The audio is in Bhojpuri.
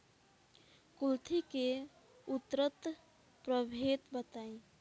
कुलथी के उन्नत प्रभेद बताई?